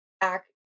act